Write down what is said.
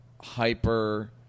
hyper